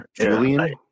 Julian